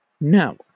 No